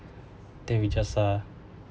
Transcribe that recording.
then we just uh